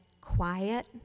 quiet